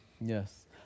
Yes